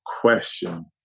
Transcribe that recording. question